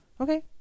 okay